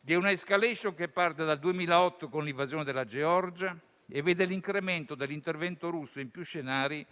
di una *escalation* che parte da 2008 con l'invasione della Georgia e vede l'incremento dell'intervento russo in più scenari,